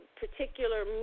particular